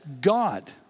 God